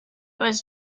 was